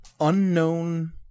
unknown